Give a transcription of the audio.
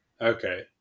Okay